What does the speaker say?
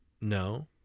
No